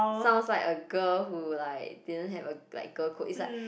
sounds like a girl who like didn't have a like girl code is like